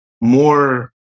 more